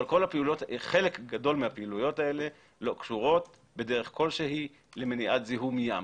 אבל חלק גדול מהפעילויות האלה לא קשורות בדרך כלשהי למניעת זיהום ים.